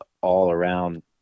all-around